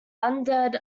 undead